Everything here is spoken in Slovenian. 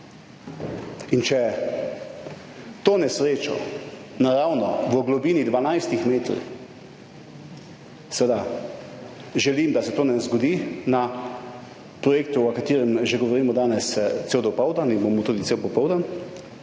In če to nesrečo naravno v globini 12 metrov, seveda želim, da se to ne zgodi na projektu, o katerem že govorimo danes cel dopoldan in bomo tudi cel popoldan,